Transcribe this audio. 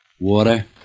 Water